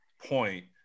point